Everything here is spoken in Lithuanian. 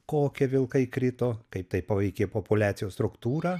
kokie vilkai krito kaip tai paveikė populiacijos struktūrą